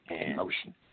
Emotion